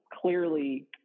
clearly